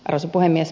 arvoisa puhemies